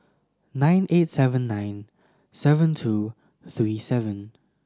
nine eight seven nine seven two three seven